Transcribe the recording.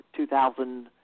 2,000